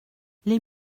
les